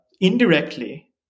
indirectly